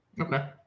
okay